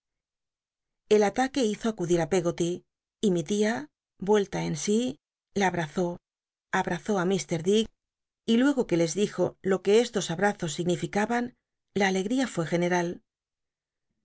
el ataque hizo acudir ü peggoty y mi tia vuelta en sí la abrazó abrazó á mr dick y luego que y biblioteca nacional de españa da vid copperfield entr ó un nnclano de nevada cabciicia les dijo lo que estos abrazos significa ban la alegl'ia fué general